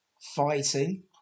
fighting